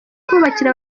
kubakira